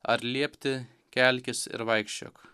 ar liepti kelkis ir vaikščiok